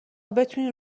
بتونی